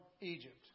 Egypt